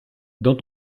dans